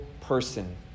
person